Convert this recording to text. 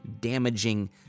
damaging